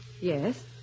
Yes